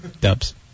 Dubs